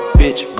bitch